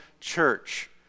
church